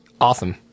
awesome